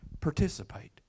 participate